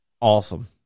awesome